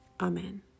Amen